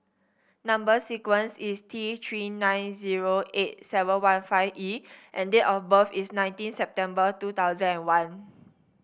number sequence is T Three nine zero eight seven one five E and date of birth is nineteen September two thousand and one